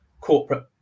corporate